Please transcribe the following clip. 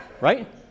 right